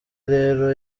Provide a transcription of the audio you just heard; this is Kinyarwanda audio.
rero